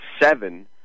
seven